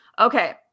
Okay